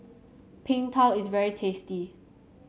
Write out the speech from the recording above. Png Tao is very tasty